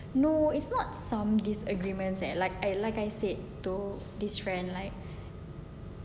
no it's not some disagreements and like like I said to this friend like